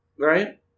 right